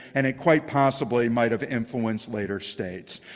and it quite possibly might have influenced later states.